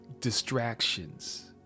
distractions